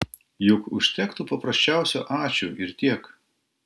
juk užtektų paprasčiausio ačiū ir tiek